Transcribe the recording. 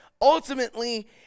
ultimately